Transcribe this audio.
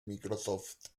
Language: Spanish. microsoft